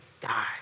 die